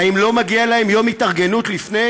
האם לא מגיע להם יום התארגנות לפני